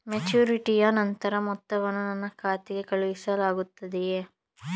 ಮೆಚುರಿಟಿಯ ನಂತರ ಮೊತ್ತವನ್ನು ನನ್ನ ಖಾತೆಗೆ ಕಳುಹಿಸಲಾಗುತ್ತದೆಯೇ?